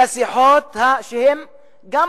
לשיחות שהן גם